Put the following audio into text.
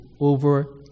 over